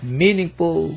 meaningful